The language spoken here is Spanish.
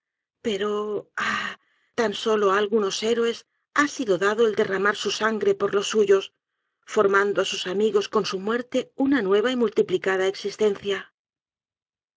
ah tan solo á algunos héroes ha sido dado el derramar su sangre por los suyos formando á sus amigos con su muerte una nueva y multiplicada existencia